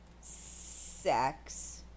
sex